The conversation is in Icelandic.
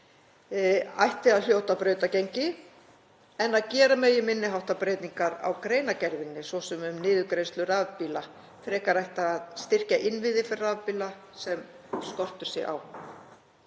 ætti að hljóta brautargengi en að gera megi minni háttar breytingar á greinargerðinni, svo sem um niðurgreiðslu rafbíla. Frekar ætti að styrkja innviði fyrir rafbíla sem skortur sé á.